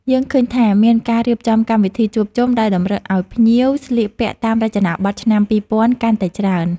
យើងឃើញថា មានការរៀបចំកម្មវិធីជួបជុំដែលតម្រូវឱ្យភ្ញៀវស្លៀកពាក់តាមរចនាប័ទ្មឆ្នាំពីរពាន់កាន់តែច្រើន។